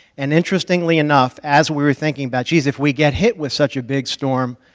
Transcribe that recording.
and interestingly enough, as we were thinking about, jeez, if we get hit with such a big storm,